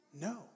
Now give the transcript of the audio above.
No